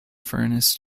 furnace